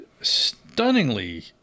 stunningly